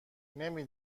نمی